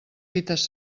fites